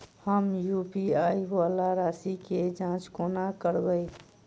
हम यु.पी.आई वला राशि केँ जाँच कोना करबै?